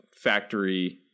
factory